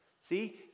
See